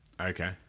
Okay